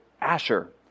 Asher